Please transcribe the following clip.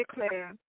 declare